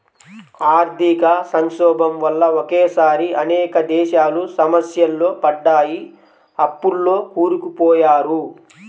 ఆర్థిక సంక్షోభం వల్ల ఒకేసారి అనేక దేశాలు సమస్యల్లో పడ్డాయి, అప్పుల్లో కూరుకుపోయారు